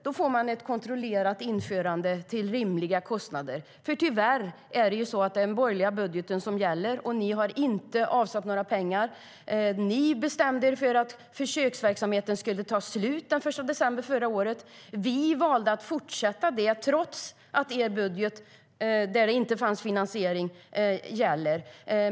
Då får man ett kontrollerat införande till rimliga kostnader. Tyvärr är det den borgerliga budgeten som gäller, och ni har inte avsatt några pengar. Ni bestämde er för att försöksverksamheten skulle ta slut den 1 december förra året. Vi valde att fortsätta den, trots att det är er budget, där det inte finns finansiering, som gäller.